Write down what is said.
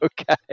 Okay